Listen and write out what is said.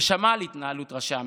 ששמע על התנהלות ראשי המערכת,